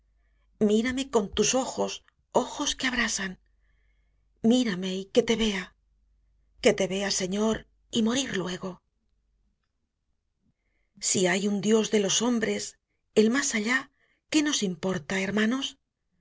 mírame con tus ojos ojos que abrasan mírame y que te vea que te vea señor y morir luego si hay un dios de los hombres el más allá qué nos importa hermanos